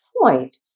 point